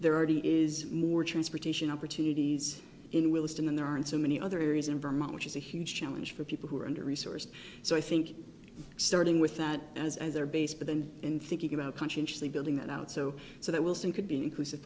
they're already is more transportation opportunities in willesden than there are in so many other areas in vermont which is a huge challenge for people who are under resourced so i think starting with that as as their base but then in thinking about conscientiously building that out so so that wilson could be inclusive